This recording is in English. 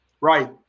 Right